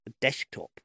desktop